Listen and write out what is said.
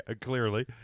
clearly